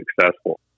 successful